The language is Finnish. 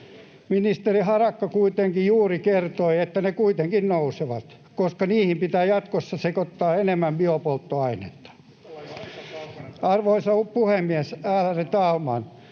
Ministeri Harakka kuitenkin juuri kertoi, että ne kuitenkin nousevat, koska niihin pitää jatkossa sekoittaa enemmän biopolttoainetta. [Paavo Arhinmäen